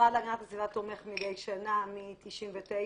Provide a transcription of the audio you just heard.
המשרד להגנת הסביבה תומך מדי שנה, מ-99,